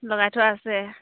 লগাই থোৱা আছে